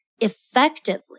effectively